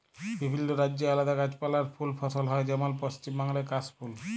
বিভিল্য রাজ্যে আলাদা গাছপালা আর ফুল ফসল হ্যয় যেমল পশ্চিম বাংলায় কাশ ফুল